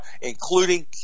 including